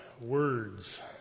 words